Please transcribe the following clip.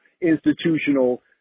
institutional